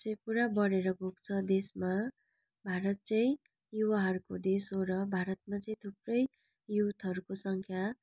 चाहिँ पुरा बढेर गएको छ देशमा भारत चाहिँ युवाहरूको देश हो र भारतमा चाहिँ थुप्रै युथहरूको सङ्ख्या